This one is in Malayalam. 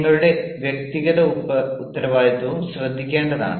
നിങ്ങളുടെ വ്യക്തിഗത ഉത്തരവാദിത്തവും ശ്രദ്ധിക്കേണ്ടതാണ്